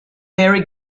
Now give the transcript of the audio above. mary